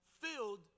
filled